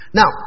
now